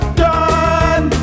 done